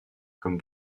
comme